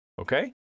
okay